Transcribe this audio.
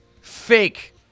fake